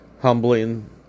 humbling